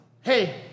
Hey